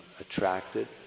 attracted